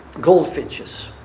goldfinches